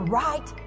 right